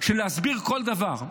של להסביר כל דבר,